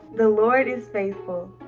the lord is faithful.